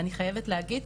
אני חייבת להגיד,